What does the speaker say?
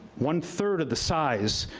one third of the size,